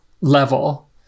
level